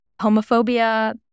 homophobia